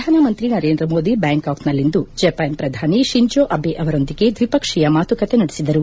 ಪ್ರಧಾನಮಂತ್ರಿ ನರೇಂದ್ರ ಮೋದಿ ಬ್ಲಾಂಕಾಕ್ನಲ್ಲಿಂದು ಜಪಾನ್ ಪ್ರಧಾನಿ ಶಿಂಜೊ ಅದೆ ಅವರೊಂದಿಗೆ ದ್ವಿಪಕ್ಷೀಯ ಮಾತುಕತೆ ನಡೆಸಿದರು